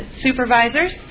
supervisors